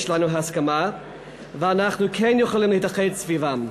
לנו הסכמה ואנחנו כן יכולים להתאחד סביבם.